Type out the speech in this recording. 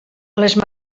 les